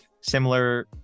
similar